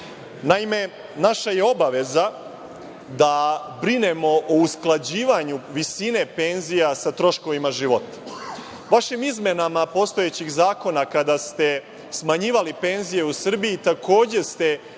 Naime, naša je obaveza da brinemo o usklađivanju visine penzija sa troškovima života. Vašim izmenama postojećeg zakona, kada ste smanjivali penzije u Srbiji, takođe ste